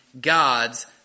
God's